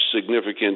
significant